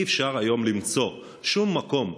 אי-אפשר היום למצוא שום מקום,